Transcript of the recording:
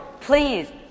please